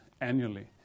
annually